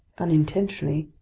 unintentionally,